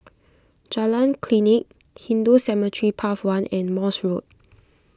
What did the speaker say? Jalan Klinik Hindu Cemetery Path one and Morse Road